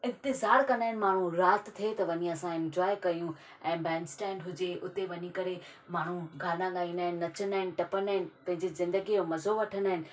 इंतिज़ार कंदा आहिनि माण्हू राति थे त वञू असां इंजॉय कयूं ऐं बैंड्स्टैंड हुजे उते वञी करे माण्हू गाना ॻाईंदा आहिनि नचंदा आहिनि टपंदा आहिनि पंहिंजी ज़िंदगी जो मज़ो वठंदा आहिनि